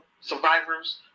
survivors